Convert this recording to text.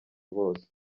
bose